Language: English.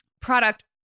product